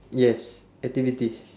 yes activities